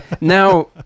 Now